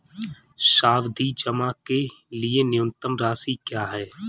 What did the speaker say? सावधि जमा के लिए न्यूनतम राशि क्या है?